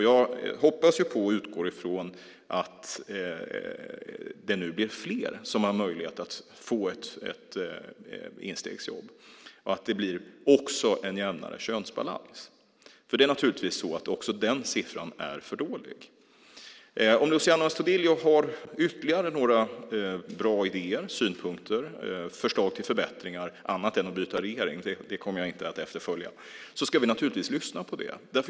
Jag hoppas på, och utgår från, att det nu blir fler som har möjlighet att få ett instegsjobb och att det blir en jämnare könsbalans. Naturligtvis är också den siffran för dålig. Om Luciano Astudillo har ytterligare några bra idéer, synpunkter, förslag till förbättringar, annat än att byta regering - det kommer jag inte att efterfölja - ska vi naturligtvis lyssna på det.